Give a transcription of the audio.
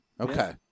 Okay